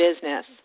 business